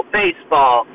baseball